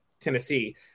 Tennessee